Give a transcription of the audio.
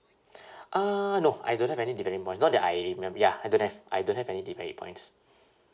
uh no I don't have any demerit points not that I remember ya I don't have I don't have any demerit points